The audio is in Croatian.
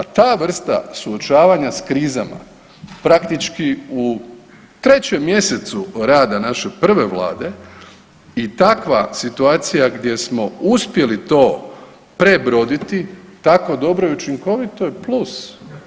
A ta vrsta suočavanja sa krizama praktički u trećem mjesecu rada naše prve Vlade i takva situacija gdje smo uspjeli to prebroditi tako dobro i učinkovito je plus.